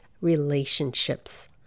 relationships